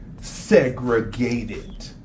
segregated